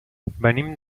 venim